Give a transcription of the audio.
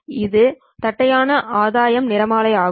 இது தட்டையான ஆதாயம் நிறமாலை ஆகும்